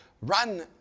run